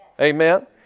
Amen